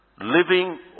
Living